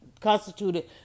constituted